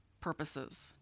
purposes